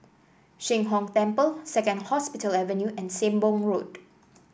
Sheng Hong Temple Second Hospital Avenue and Sembong Road